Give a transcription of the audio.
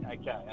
Okay